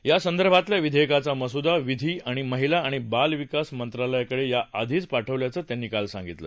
या संदर्भातल्या विधक्राचा मसूदा विधी आणि महिला आणि बाल विकास मंत्रालयाकडक् या आधीच पाठवल्याचं त्यांनी काल सांगितलं